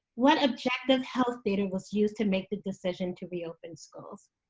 what objective health data was used to make the decision to reopen schools?